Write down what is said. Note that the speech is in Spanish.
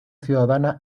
ciudadana